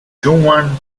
schumann